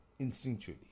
instinctually